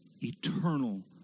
eternal